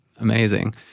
Amazing